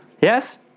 Yes